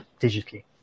digitally